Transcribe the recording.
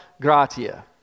gratia